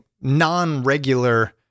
non-regular